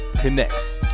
Connects